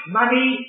money